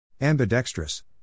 Ambidextrous